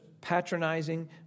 patronizing